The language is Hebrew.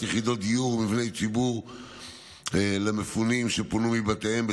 יחידות דיור ומבני ציבור למפונים שפונו מבתיהם,